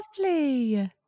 lovely